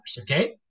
okay